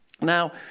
Now